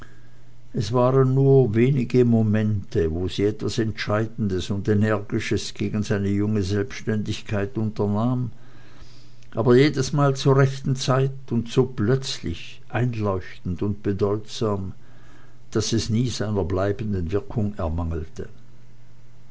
es waren nur wenige momente wo sie etwas entscheidendes und energisches gegen seine junge selbständigkeit unternahm aber jedesmal zur rechten zeit und so plötzlich einleuchtend und bedeutsam daß es nie seiner bleibenden wirkung ermangelte